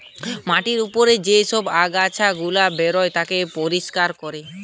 মাটির উপর যে সব আগাছা গুলা বেরায় তাকে পরিষ্কার কোরে